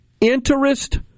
interest